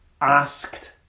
asked